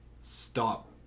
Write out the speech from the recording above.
stop